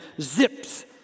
zips